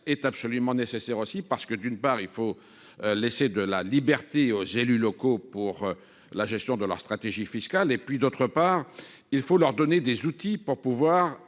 est absolument nécessaire aussi parce que d'une part il faut. Laisser de la liberté aux élus locaux pour la gestion de la stratégie fiscale et puis d'autre part, il faut leur donner des outils pour pouvoir